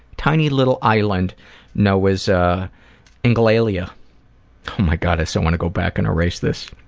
tiny little island known as englalia. oh my god, i so want to go back and erase this.